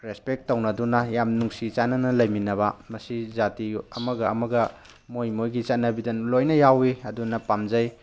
respect ꯇꯧꯅꯗꯨꯅ ꯌꯥꯝ ꯅꯨꯡꯁꯤ ꯆꯥꯟꯅꯅ ꯂꯩꯃꯤꯟꯅꯕ ꯃꯁꯤ ꯖꯥꯇꯤ ꯑꯃꯒ ꯑꯃꯒ ꯃꯣꯏ ꯃꯣꯏꯒꯤ ꯆꯠꯅꯕꯤꯗ ꯂꯣꯏꯅ ꯌꯥꯎꯏ ꯑꯗꯨꯅ ꯄꯥꯝꯖꯩ